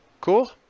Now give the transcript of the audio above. Cool